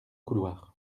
couloir